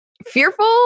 Fearful